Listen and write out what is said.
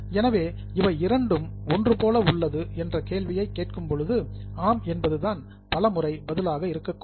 எனவே இவை இரண்டும் ஒன்று போல உள்ளது என்ற கேள்வியை கேட்கும் பொழுது ஆம் என்பதுதான் பலமுறை பதிலாக இருக்கும்